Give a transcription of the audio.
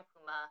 Puma